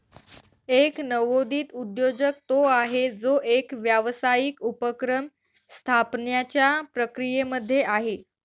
एक नवोदित उद्योजक तो आहे, जो एक व्यावसायिक उपक्रम स्थापण्याच्या प्रक्रियेमध्ये आहे